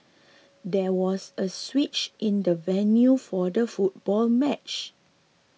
there was a switch in the venue for the football match